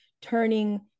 turning